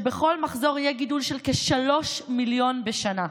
שבכל מחזור יהיה גידול של כ-3 מיליון בשנה.